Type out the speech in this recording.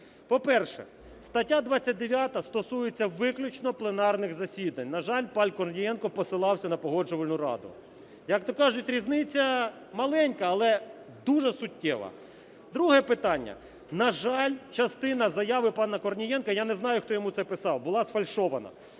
По-перше, стаття 29 стосується виключно пленарних засідань. На жаль, пан Корнієнко посилався на Погоджувальну раду. Як то кажуть, різниця маленька, але дуже суттєва. Друге питання. На жаль, частина заяви пана Корнієнка, я не знаю, хто йому це писав, була сфальшована.